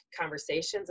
conversations